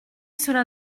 cela